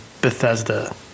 Bethesda